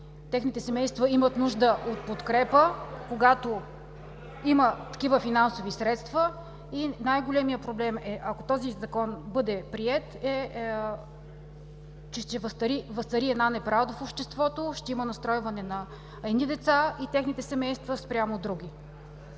Техните семейства имат нужда от подкрепа, когато има такива финансови средства. Най-големият проблем е, че ако този Закон бъде приет, ще възцари една неправда в обществото, ще има настройване на едни деца и техните семейства спрямо други.